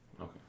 Okay